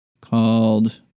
called